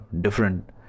different